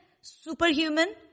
superhuman